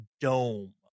dome